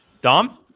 Dom